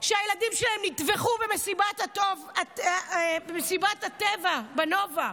שהילדים שלהן נטבחו במסיבת הטבע נובה.